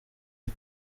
you